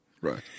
Right